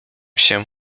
się